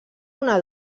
una